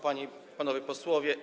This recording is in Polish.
Panie i Panowie Posłowie!